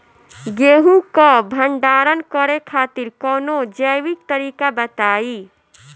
गेहूँ क भंडारण करे खातिर कवनो जैविक तरीका बताईं?